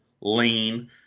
lean